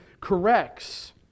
corrects